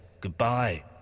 Goodbye